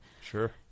sure